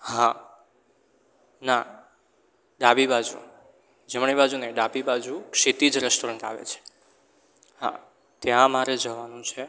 હા ના ડાબી બાજુ જમણી બાજુ નહીં ડાબી બાજુ ક્ષિતિજ રેસ્ટરોરન્ટ આવે છે હા ત્યાં મારે જવાનું છે